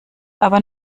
aber